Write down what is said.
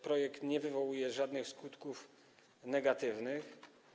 Projekt nie wywołuje żadnych skutków negatywnych.